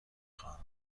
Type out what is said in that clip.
خواهم